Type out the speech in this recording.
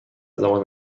زمان